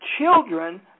Children